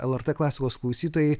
lrt klasikos klausytojai